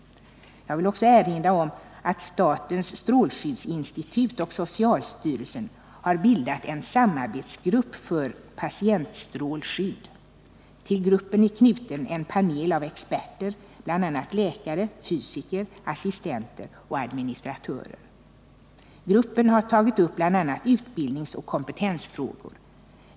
Jag vill också erinra om att statens strålskyddsinstitut och socialstyrelsen har bildat en samarbetsgrupp för patientstrålskydd. Till gruppen är knuten en panel av experter, bl.a. läkare, fysiker, assistenter och administratörer. Gruppen har tagit upp bl.a. utbildningsoch kompetensfrågor.